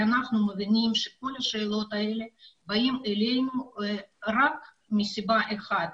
ואנחנו מבינים שכל השאלות האלה באות אלינו רק מסיבה אחת,